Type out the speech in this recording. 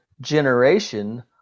generation